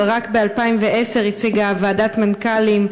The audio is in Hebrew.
אבל רק ב-2010 הציגה ועדת מנכ"לים,